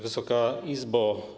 Wysoka Izbo!